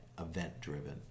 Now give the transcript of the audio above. Event-driven